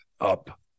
up